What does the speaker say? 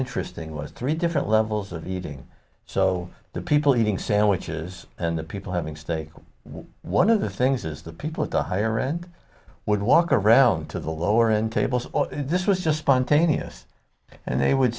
interesting was three different levels of eating so the people eating sandwiches and the people having steak one of the things is the people at the higher end would walk around to the lower end tables this was just spontaneous and they would